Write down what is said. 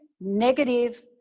negative